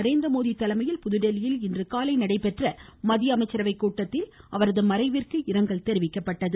நரேந்திர மோடி தலைமையில் இன்றுகாலை நடைபெற்ற மத்திய அமைச்சரவை கூட்டத்தில் அவரது மறைவிற்கு இரங்கல் தெரிவிக்கப்பட்டது